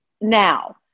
now